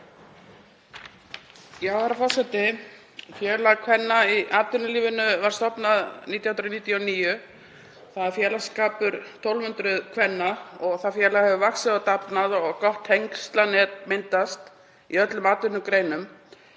Herra forseti. Félag kvenna í atvinnulífinu var stofnað 1999, það er félagsskapur 1.200 kvenna og hefur vaxið og dafnað og gott tengslanet myndast í öllum atvinnugreinum.